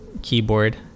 keyboard